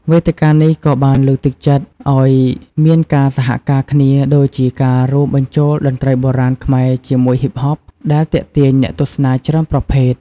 វេទិកានេះក៏បានលើកទឹកចិត្តឲ្យមានការសហការគ្នា ដូចជាការរួមបញ្ចូលតន្ត្រីបុរាណខ្មែរជាមួយហ៊ីបហប ដែលទាក់ទាញអ្នកទស្សនាច្រើនប្រភេទ។